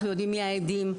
אנחנו יודעים מי העדים.